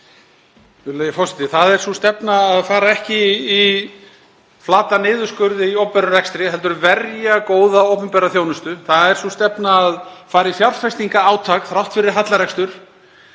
Það er sú stefna að fara ekki í flatan niðurskurð í opinberum rekstri heldur verja góða opinbera þjónustu. Það er sú stefna að fara í fjárfestingarátak þrátt fyrir hallarekstur.